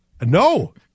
no